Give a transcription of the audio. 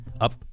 up